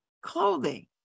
clothing